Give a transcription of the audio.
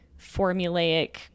formulaic